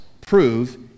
prove